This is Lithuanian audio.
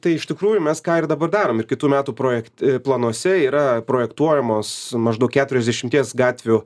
tai iš tikrųjų mes ką ir dabar darom ir kitų metų projekt planuose yra projektuojamos maždaug keturiasdešimties gatvių